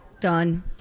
done